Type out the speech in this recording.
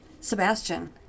Sebastian